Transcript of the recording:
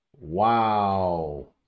Wow